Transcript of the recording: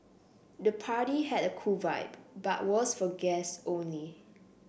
the party had a cool vibe but was for guests only